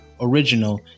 original